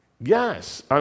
Yes